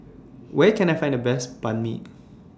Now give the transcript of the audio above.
Where Can I Find The Best Banh MI